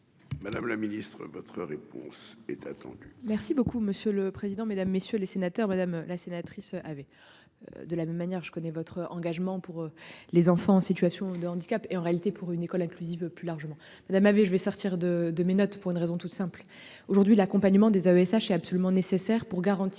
Madame la ministre, votre réponse est attendue. Merci beaucoup monsieur le président, Mesdames, messieurs les sénateurs, madame la sénatrice avait. De la même manière, je connais votre engagement pour les enfants en situation de handicap et en réalité pour une école inclusive plus largement madame vie je vais sortir de de mes notes, pour une raison toute simple. Aujourd'hui, l'accompagnement des AESH est absolument nécessaire pour garantir